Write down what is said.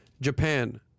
Japan